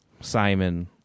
Simon